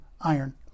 iron